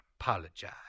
apologize